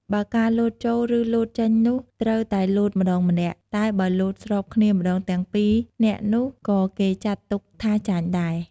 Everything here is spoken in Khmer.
ហើយការលោតចូល ឬលោតចេញនោះ ត្រូវតែលោតម្តងម្នាក់ តែបើលោតស្របគ្នាម្ដងទាំងពីរនាក់នោះ ក៏គេចាត់ទុកថាចាញ់ដែរ ។